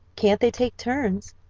can't they take turns?